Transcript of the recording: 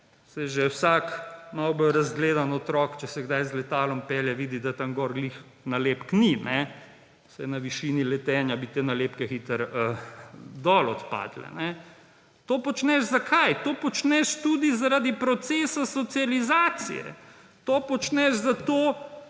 vsak malo bolj razgledan otrok, če se kdaj z letalom pelje, vidi, da tam gor ravno nalepk ni, saj na višini letenja bi te nalepke hitro dol odpadle. To počneš zakaj? To počneš tudi zaradi procesa socializacije. To počneš zato,